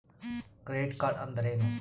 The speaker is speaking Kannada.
ಕ್ರೆಡಿಟ್ ಕಾರ್ಡ್ ಅಂದ್ರೇನು?